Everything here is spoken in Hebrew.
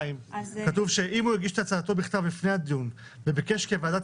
כתוב שאם הגיש את הצעתו בכתב לפני הדיון וביקש שהוועדה